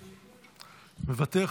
מוותר,